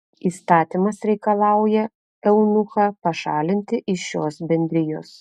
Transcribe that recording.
įstatymas reikalauja eunuchą pašalinti iš šios bendrijos